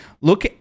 Look